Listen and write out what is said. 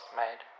made